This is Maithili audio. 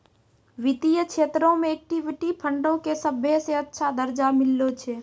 वित्तीय क्षेत्रो मे इक्विटी फंडो के सभ्भे से अच्छा दरजा मिललो छै